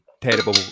Terrible